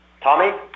Tommy